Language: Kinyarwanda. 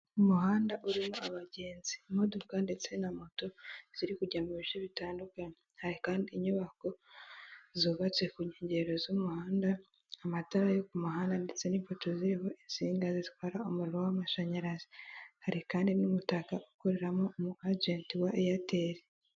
Umuhanda urimo abagenzi imodoka ndetse na moto ziri kujya mu bice bitandukanye, hari kandi inyubako zubatse ku nkengero z'umuhanda amatara yo ku muhanda ndetse n'imbuto ziriho izga zitwara umunriro w'amashanyarazi, hari kandi n'umutaka ukoreramo umu agent wa eyateri.